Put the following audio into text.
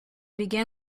begin